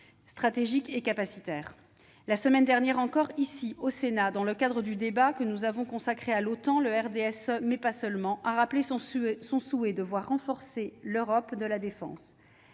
stratégique et capacitaire. La semaine dernière encore, ici au Sénat, dans le cadre du débat que nous avons consacré à l'OTAN, le RDSE, à l'instar d'autres groupes, a rappelé son souhait de voir renforcer l'Europe de la défense.